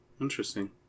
Interesting